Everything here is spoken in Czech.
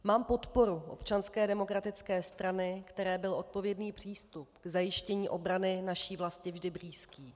Mám podporu Občanské demokratické strany, které byl odpovědný přístup k zajištění obrany naší vlasti vždy blízký.